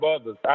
others